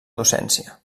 docència